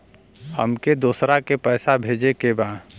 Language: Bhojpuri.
हमके दोसरा के पैसा भेजे के बा?